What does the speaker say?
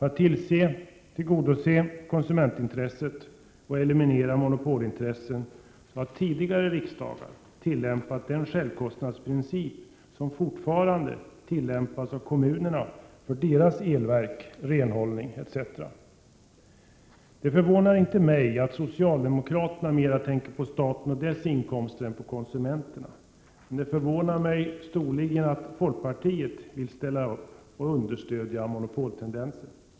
För att tillgodose konsumentintresset och eliminera monopolintressen har tidigare riksdagar tillämpat den självkostnadsprincip som fortfarande används av kommunerna när det gäller deras elverk, renhållning etc. Det förvånar mig inte att socialdemokraterna mera tänker på staten och dess inkomster än på konsumenterna. Men det förvånar mig storligen att folkpartiet vill ställa upp för detta och för att understödja monopoltendenser.